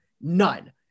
None